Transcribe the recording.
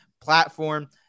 platform